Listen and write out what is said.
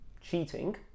Cheating